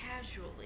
casually